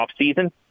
offseason